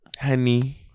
Honey